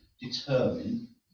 determine